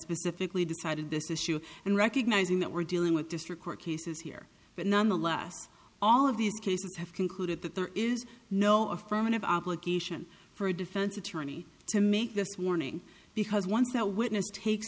specifically decided this issue and recognizing that we're dealing with district court cases here but nonetheless all of these cases have concluded that there is no affirmative obligation for a defense attorney to make this warning because once that witness takes